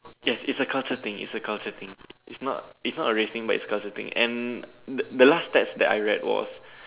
yes it's a culture thing it's a culture thing its not it's not a race thing but it's a culture thing and the last stats that I read was